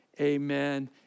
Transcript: amen